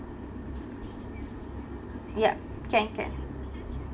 yup can can